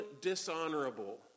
dishonorable